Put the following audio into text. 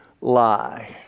lie